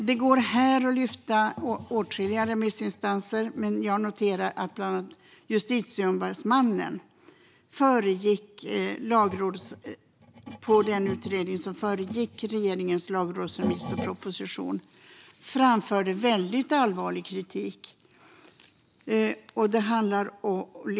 Det går här att lyfta åtskilliga remissinstanser, men jag noterar att bland annat Justitieombudsmannen gällande den utredning som föregick regeringens lagrådsremiss av propositionen framförde väldigt allvarlig kritik - liksom Lagrådet.